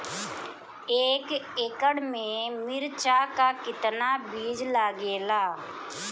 एक एकड़ में मिर्चा का कितना बीज लागेला?